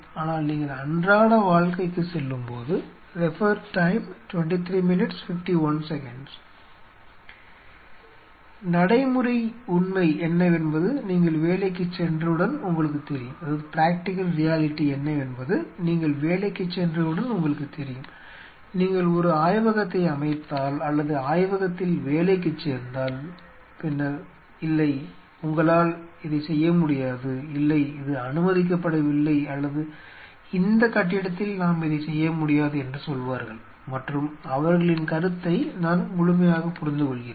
ஆனால் நீங்கள் அன்றாட வாழ்க்கைக்கு செல்லும்போது நாம் இதைச் செய்ய முடியாது என்று சொல்வார்கள் மற்றும் அவர்களின் கருத்தை நான் முழுமையாக புரிந்துகொள்கிறேன்